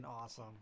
awesome